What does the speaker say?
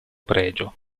pregio